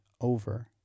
over